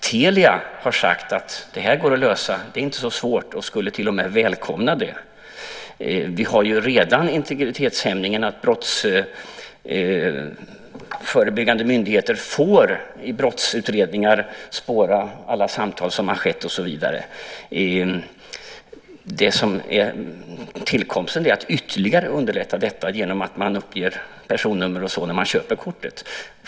Telia har sagt att det går att lösa och att det inte är så svårt. De skulle till och med välkomna det. Vi har ju redan integritetshämningen att brottsförebyggande myndigheter i brottsutredningar får spåra alla samtal som har skett. Det som kan tillkomma för att ytterligare underlätta detta är att man uppger personnummer och så vidare när man köper kortet.